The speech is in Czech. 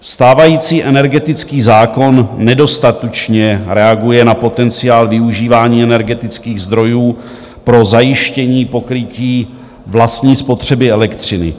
Stávající energetický zákon nedostatečně reaguje na potenciál využívání energetických zdrojů pro zajištění pokrytí vlastní spotřeby elektřiny.